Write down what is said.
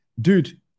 dude